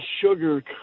sugar